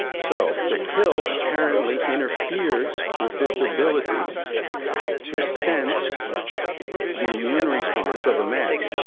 so the pill apparently interferes with this ability to sense the immune response of a man.